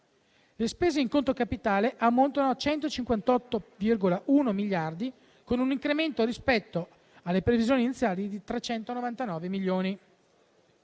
Le spese in conto capitale ammontano a 158,1 miliardi, con un incremento rispetto alle previsioni iniziali di 399 milioni.